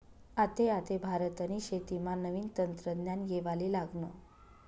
आते आते भारतनी शेतीमा नवीन तंत्रज्ञान येवाले लागनं